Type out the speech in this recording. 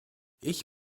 ich